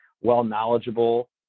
well-knowledgeable